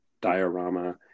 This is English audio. diorama